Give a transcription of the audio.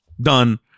done